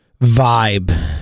vibe